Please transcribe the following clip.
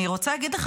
אני רוצה להגיד לך,